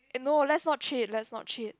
eh no let's no cheat let's no cheat